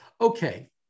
Okay